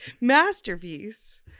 masterpiece